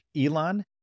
Elon